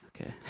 Okay